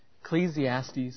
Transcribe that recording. Ecclesiastes